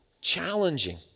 challenging